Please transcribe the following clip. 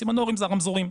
סימנורים זה הרמזורים,